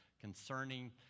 concerning